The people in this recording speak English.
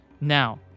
now